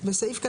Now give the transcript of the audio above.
"ובכלל